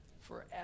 forever